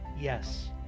yes